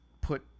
put